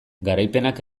garaipenak